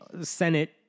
Senate